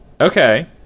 Okay